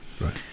right